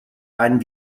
ein